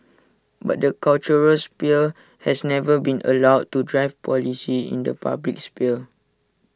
but the cultural sphere has never been allowed to drive policy in the public sphere